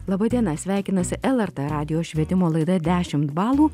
laba diena sveikinasi lrt radijo švietimo laida dešimt balų